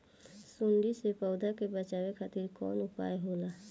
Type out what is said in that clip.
सुंडी से पौधा के बचावल खातिर कौन उपाय होला?